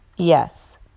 Yes